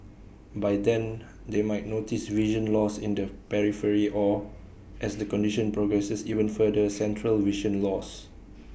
by then they might notice vision loss in the periphery or as the condition progresses even further central vision loss